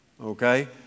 okay